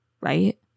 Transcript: right